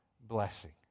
blessing